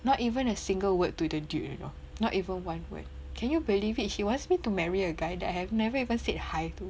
not even a single word to the dude you know not even one word can you believe it she wants me to marry a guy that I have never even said hi to